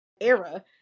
era